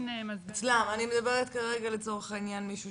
אני מדברת כרגע לצורך העניין על מישהו